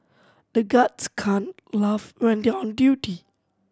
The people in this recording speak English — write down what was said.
the guards can't laugh when they are on duty